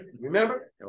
Remember